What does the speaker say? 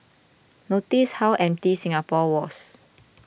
notice how empty Singapore was